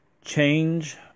Change